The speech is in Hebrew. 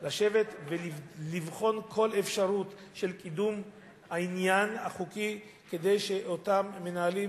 לשבת ולבחון כל אפשרות של קידום העניין החוקי כדי שאותם מנהלים